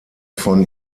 von